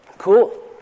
cool